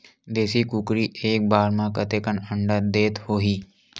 देशी कुकरी एक बार म कतेकन अंडा देत होही?